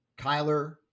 Kyler